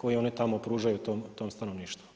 koju oni tamo pružaju tom stanovništvu.